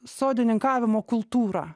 sodininkavimo kultūrą